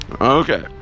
Okay